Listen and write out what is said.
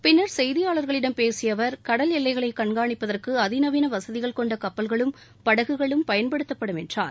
பின்னா் செய்தியாளா்களிடம் பேசிய அவா் கடல் எல்லைகளை கண்காணிப்பதற்கு அதிநவீன வசதிகள் கொண்ட கப்பல்களும் படகுகளும் பயன்படுத்தப்படும் என்றார்